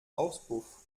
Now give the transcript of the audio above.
auspuff